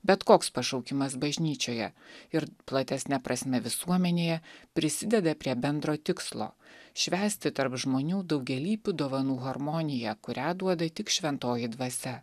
bet koks pašaukimas bažnyčioje ir platesne prasme visuomenėje prisideda prie bendro tikslo švęsti tarp žmonių daugialypių dovanų harmoniją kurią duoda tik šventoji dvasia